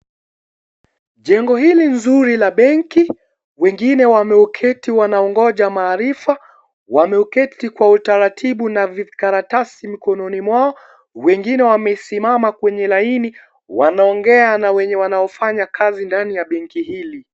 Jengo hili nzuri la benki. Wengine wameketi wanangoja maarifa. Wameketi kwa utaratibu na vikaratasi mkononi mwao. Wengine wamesimama kwenye laini wanaongea na wanaofanya kazi kwenye benki hili.